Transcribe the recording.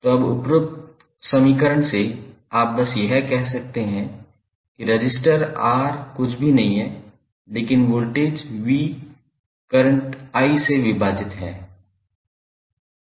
तो अब उपरोक्त समीकरण से आप बस यह कह सकते हैं कि रजिस्टर R कुछ भी नहीं है लेकिन वोल्टेज V करंट से विभाजित है